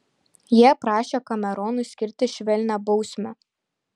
jie prašė kameronui skirti švelnią bausmę